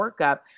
workup